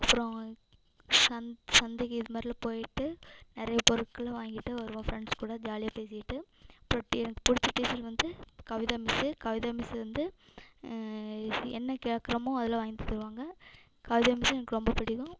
அப்றம் சந் சந்தைக்கு இது மாதிரிலாம் போயிட்டு நிறைய பொருட்களை வாங்கிட்டு வருவோம் ஃப்ரெண்ட்ஸ் கூட ஜாலியாக பேசிட்டு அப்றம் டி எனக்கு பிடிச்ச டீச்சர் வந்து கவிதா மிஸ்ஸு கவிதா மிஸ்ஸு வந்து என்ன கேட்கறமோ அதுலாம் வாங்கி தந்துடுவாங்க கவிதா மிஸ்ஸும் எனக்கு ரொம்ப பிடிக்கும்